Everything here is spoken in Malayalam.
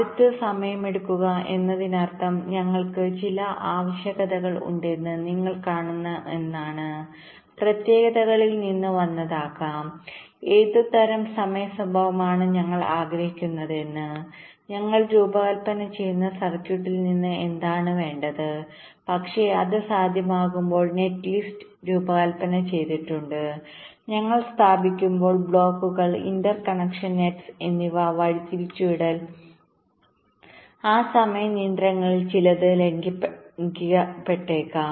ടൈം ക്ലോഷർ എന്നതിനർത്ഥം ഞങ്ങൾക്ക് ചില ആവശ്യകതകൾ ഉണ്ടെന്ന് നിങ്ങൾ കാണുന്നു എന്നാണ് പ്രത്യേകതകളിൽ നിന്ന് വന്നതാകാം ഏതുതരം സമയ സ്വഭാവമാണ് ഞങ്ങൾ ആഗ്രഹിക്കുന്നതെന്ന് ഞങ്ങൾ രൂപകൽപ്പന ചെയ്യുന്ന സർക്യൂട്ടിൽ നിന്ന് എന്താണ് വേണ്ടത് പക്ഷേ അത് സാധ്യമാകുമ്പോൾ നെറ്റ് ലിസ്റ്റ് രൂപകൽപ്പന ചെയ്തിട്ടുണ്ട് ഞങ്ങൾ സ്ഥാപിക്കുമ്പോൾ ബ്ലോക്കുകൾ ഇന്റർകണക്ഷൻ നെട്സ് എന്നിവ വഴിതിരിച്ചുവിട്ടാൽ ആ സമയ നിയന്ത്രണങ്ങളിൽ ചിലത് ലംഘിക്കപ്പെടാം